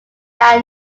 are